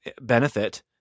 benefit